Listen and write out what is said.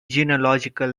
genealogical